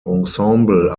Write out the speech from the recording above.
ensemble